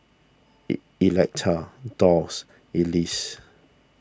Electa Dolls Elease